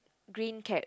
green cap